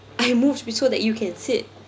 I moved be~ so that you can sit